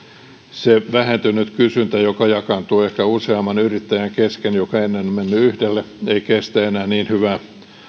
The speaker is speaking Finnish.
se vähentynyt kysyntä joka jakaantuu ehkä useamman yrittäjän kesken joka ennen on mennyt yhdelle kestä enää niin hyvää